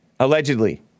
Allegedly